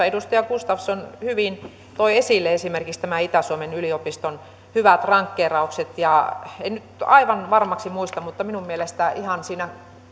edustaja gustafsson hyvin toi esille esimerkiksi tämän itä suomen yliopiston hyvät rankkeeraukset ja en nyt aivan varmaksi muista mutta minun mielestäni ihan siinä